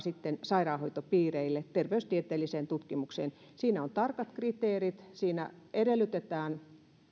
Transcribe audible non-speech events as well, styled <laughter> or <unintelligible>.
<unintelligible> sitten sairaanhoitopiireille terveystieteelliseen tutkimukseen siinä on tarkat kriteerit siinä edellytetään